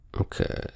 Okay